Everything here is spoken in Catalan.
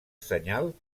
senyal